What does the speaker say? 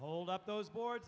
hold up those board